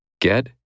Get